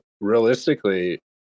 realistically